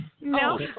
No